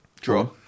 Draw